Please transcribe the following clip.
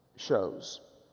shows